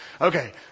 Okay